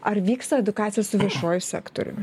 ar vyksta edukacija su viešuoju sektoriumi